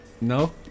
no